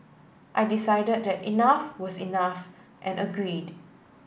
I decided the enough was enough and agreed